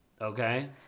Okay